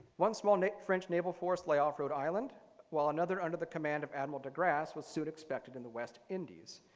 one small french naval force lay off rhode island while another under the command of admiral de grasse was soon expected on the west indies.